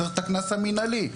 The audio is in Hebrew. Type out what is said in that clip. צריך את הקנס המנהלי.